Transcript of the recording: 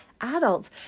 adults